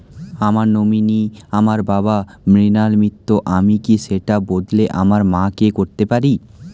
আমার নমিনি আমার বাবা, মৃণাল মিত্র, আমি কি সেটা বদলে আমার মা কে করতে পারি?